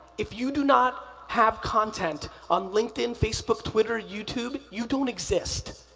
if you do not have content on linkedin, facebook, twitter, youtube, you don't exist.